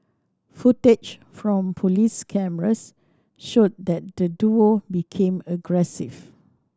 footage from police cameras showed that the duo became aggressive